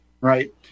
Right